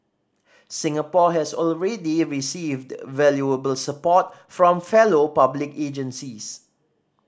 Singapore has already received valuable support from fellow public agencies